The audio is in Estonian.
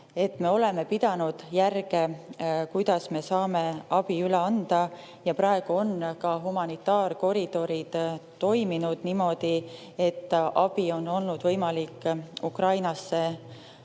Me oleme pidanud järge, kuidas me saame abi üle anda. Praegu on ka humanitaarkoridorid toiminud niimoodi, et on olnud võimalik Poola või